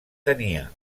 tenia